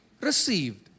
received